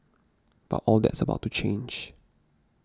but all that's about to change